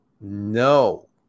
no